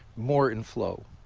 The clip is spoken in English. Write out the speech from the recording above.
more in flow.